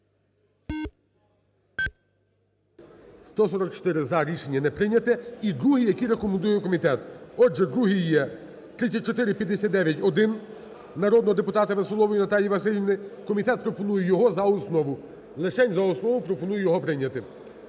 За-144 Рішення не прийнято. І другий, який рекомендує комітет. Отже, другий є 3459-1 народного депутата Веселової Наталії Василівни, комітет пропонує його за основу, лишень за основу пропонує його прийняти.